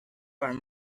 are